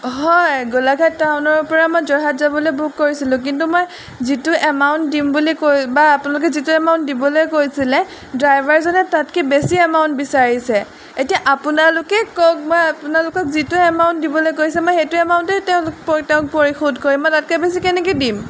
হয় গোলাঘাট টাউনৰপৰা মই যোৰহাট যাবলৈ বুক কৰিছিলোঁ কিন্তু মই যিটো এমাউণ্ট দিম বুলি কৈ বা আপোনালোকে যিটো এমাউণ্ট দিবলৈ কৈছিলে ড্ৰাইভাৰজনে তাতকৈ বেছি এমাউণ্ট বিচাৰিছে এতিয়া আপোনালোকে কওক বা আপোনালোকক যিটো এমাউণ্ট দিবলৈ কৈছে মই সেইটো এমাউণ্টেই তেওঁলোক তেওঁক পৰিশোধ কৰি মই তাতকৈ বেছি কেনেকৈ দিম